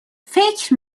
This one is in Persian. فکر